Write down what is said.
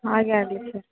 ಹಾಗೆ ಆಗಲಿ ಸರ್